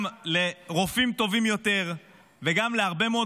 גם לרופאים טובים יותר וגם להרבה מאוד